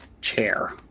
chair